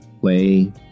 play